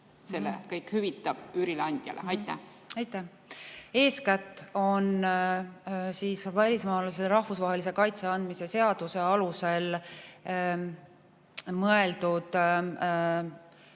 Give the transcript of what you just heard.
selle kõik hüvitab üürileandjale? Aitäh! Eeskätt on välismaalasele rahvusvahelise kaitse andmise seaduse alusel mõeldud